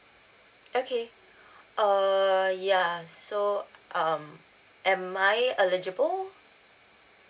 okay err ya so um am I eligible